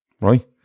right